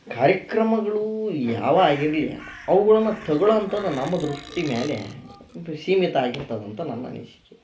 ಕಾರ್ಯಕ್ರಮಗಳು ಯಾವ ಆಗಿರ್ಲಿ ಅವುಗಳನ್ನು ತಗಳ್ಳೊ ಅಂಥದ್ದು ನಮ್ಮ ದೃಷ್ಟಿ ಮೇಲೆ ಸೀಮಿತ ಆಗಿರ್ತದೆ ಅಂತ ನನ್ನ ಅನಿಸಿಕೆ